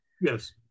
yes